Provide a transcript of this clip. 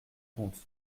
compte